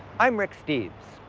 i'm rick steves.